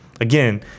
Again